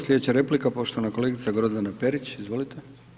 Slijedeća replika poštovana kolegica Grozdana Perić, izvolite.